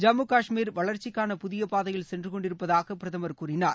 ஜம்மு காஷ்மீர் வளர்ச்சிகான புதிய பாதையில் சென்று கொண்டிருப்பதாக பிரதமர் கூறினார்